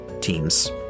teams